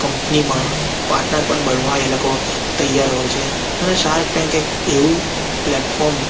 કંપનીમાં પાર્ટનર પણ બનવા એ લોકો તૈયાર હોય છે અને શાર્ક ટેન્ક એક એવું પ્લેટફોર્મ